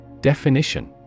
Definition